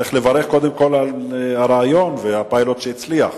צריך לברך קודם כול על הרעיון והפיילוט שהצליח,